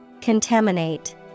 Contaminate